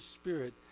spirit